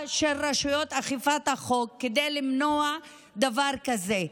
של רשויות אכיפת החוק כדי למנוע דבר כזה.